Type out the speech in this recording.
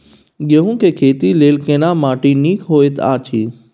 गेहूँ के खेती लेल केना माटी नीक होयत अछि?